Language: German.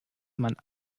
man